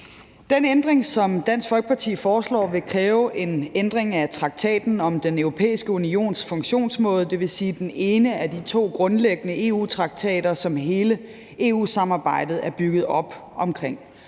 Den ændring, som Dansk Folkeparti foreslår, vil kræve en ændring af Traktaten om den Europæiske Unions Funktionsmåde, det vil sige den ene af de to grundlæggende EU-traktater, som hele EU-samarbejdet er bygget op omkring.